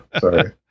sorry